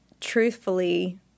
truthfully